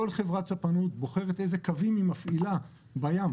כל חברת ספנות בוחרת איזה קווים היא מפעילה בים.